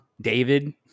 David